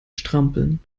strampeln